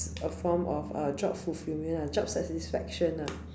a form of uh job fulfilment lah job satisfaction lah